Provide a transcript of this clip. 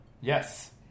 Yes